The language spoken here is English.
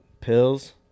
Pills